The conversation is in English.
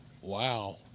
Wow